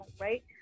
right